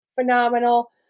phenomenal